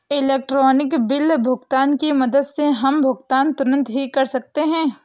electronic bill भुगतान की मदद से हम भुगतान तुरंत ही कर सकते हैं